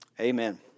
amen